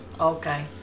Okay